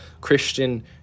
Christian